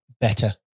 better